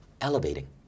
elevating